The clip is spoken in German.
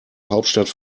hauptstadt